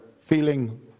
feeling